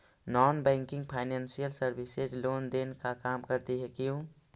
Non banking financial services loan देने का काम करती है क्यू?